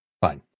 fine